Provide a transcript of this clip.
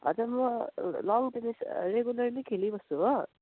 हजुर म lawn tennis regularly खेलिबस्छु हो